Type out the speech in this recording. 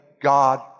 God